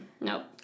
Nope